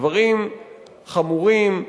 דברים חמורים,